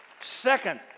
Second